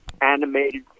animated